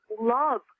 love